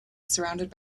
surrounded